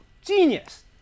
genius